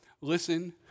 listen